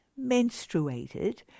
menstruated